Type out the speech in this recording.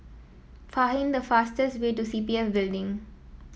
the fastest way to C P F Building